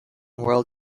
world